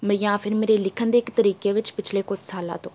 ਮ ਜਾਂ ਫਿਰ ਮੇਰੇ ਲਿਖਣ ਦੇ ਇੱਕ ਤਰੀਕੇ ਵਿੱਚ ਪਿਛਲੇ ਕੁਛ ਸਾਲਾਂ ਤੋਂ